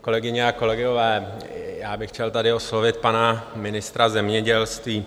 Kolegyně a kolegové, já bych chtěl tady oslovit pana ministra zemědělství.